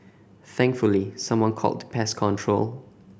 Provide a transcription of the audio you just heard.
thankfully someone called the pest control